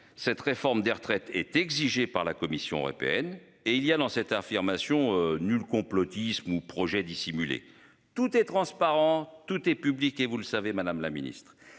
Cette réforme des retraites est exigée par la Commission européenne et il y a dans cette affirmation nul complotisme ou projet dissimulé tout est transparent. Tout est public et vous le savez madame la Ministre,